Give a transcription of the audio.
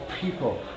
people